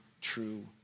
true